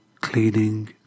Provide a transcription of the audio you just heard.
Cleaning